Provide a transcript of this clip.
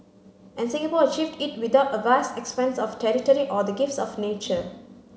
and Singapore achieved it without a vast expanse of territory or the gifts of nature